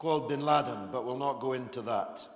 called bin laden but will not go into th